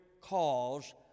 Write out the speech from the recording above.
cause